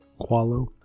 Qualo